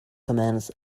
commands